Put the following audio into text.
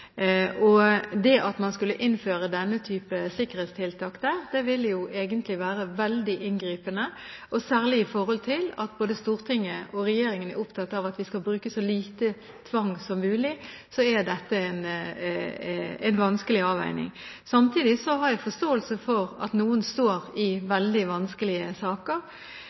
at her er man i et dilemma, for det er mange som legges inn ved psykiatriske avdelinger som verken er voldelige eller farlige for noen. De er bare syke, og det å innføre denne typen sikkerhetstiltak der ville egentlig være veldig inngripende, særlig fordi både Stortinget og regjeringen er opptatt av at vi skal bruke så lite tvang som mulig. Så dette er en vanskelig avveining. Samtidig har jeg